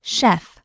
Chef